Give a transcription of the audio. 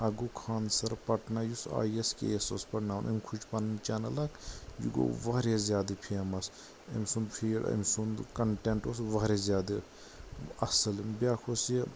اکھ گوو خان سر پٹنہٕ یُس I A S K A S اوس پرناوان أمۍ کھوٗج پنِٕنۍ چنل اکھ یہِ گو واریاہ زیادٕ فیمس امہِ سُند فیڑ اوس أمۍ سُند کنٹیٚنٹ اوس واریاہ زیادٕ اصٕل بیٲکھ اوُس یہِ